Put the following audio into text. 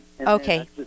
Okay